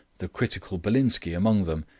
the critical belinsky among them,